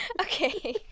Okay